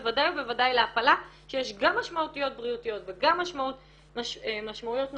בוודאי ובוודאי להפלה שיש גם משמעויות בריאותיות וגם משמעויות נפשיות.